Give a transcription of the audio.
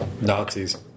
Nazis